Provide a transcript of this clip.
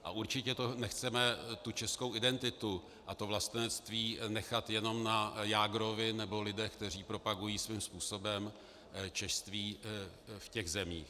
A určitě nechceme tu českou identitu a vlastenectví nechat jenom na Jágrovi nebo lidech, kteří propagují svým způsobem češství v těch zemích.